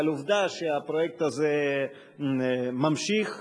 אבל עובדה שהפרויקט הזה ממשיך ומצליח.